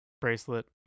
bracelet